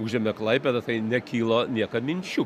užėmė klaipėdą tai nekilo niekam minčių